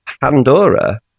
Pandora